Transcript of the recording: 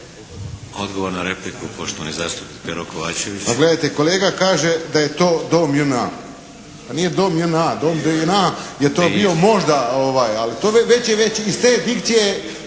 Odgovor na repliku poštovani zastupnik Pero Kovačević.